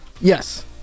Yes